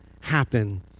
happen